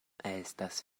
estas